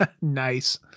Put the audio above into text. Nice